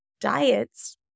diets